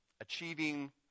achieving